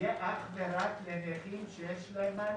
יהיה אך ורק לנכים שיש להם מעלון.